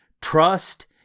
trust